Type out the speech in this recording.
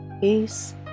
Peace